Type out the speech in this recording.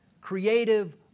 creative